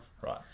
Right